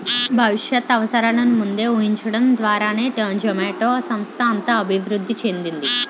భవిష్యత్ అవసరాలను ముందే ఊహించడం ద్వారానే జొమాటో సంస్థ అంత అభివృద్ధి చెందింది